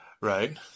Right